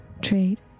Trade